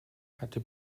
hatte